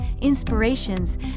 Inspirations